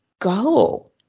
go